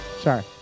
Sorry